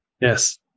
Yes